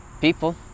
People